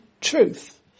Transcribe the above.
truth